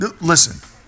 listen